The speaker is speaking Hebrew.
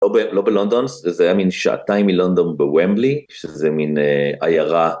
לא בלונדון, זה היה מין שעתיים מלונדון בוומבלי, שזה מין עיירה.